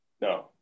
No